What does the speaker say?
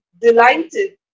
delighted